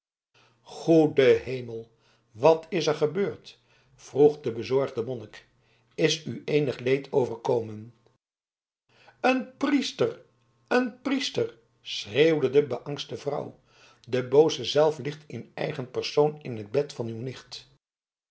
goede hemel wat is er gebeurd vroeg de bezorgde monnik is u eenig leed overkomen een priester een priester schreeuwde de beangste vrouw de booze zelf ligt in eigen persoon in t bed van uw nicht